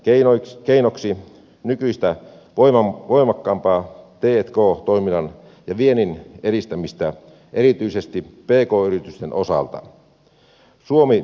esitän keinoksi nykyistä voimakkaampaa t k toiminnan ja viennin edistämistä erityisesti pk yritysten osalta